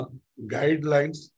guidelines